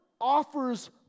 offers